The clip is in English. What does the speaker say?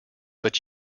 but